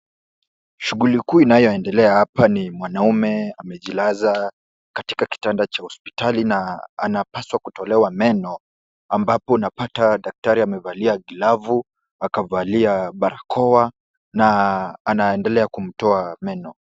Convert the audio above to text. Shughuli kuu inayoendelea hapa ni mwanaume amejilaza katika kitanda cha hospitali na anapaswa kutolewa meno, ambapo unapata daktari amevalia glavu, akavalia barakoa na anaedelea kumtoa meno.